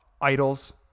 idols